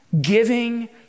giving